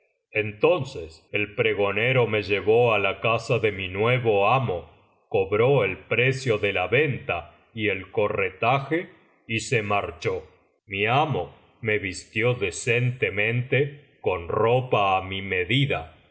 entonces el pregonero me llevó á la casa de mi nuevo amo cobró el precio de la venta y el corretaje y se marchó mi amo me vistió decentemente con ropa á mi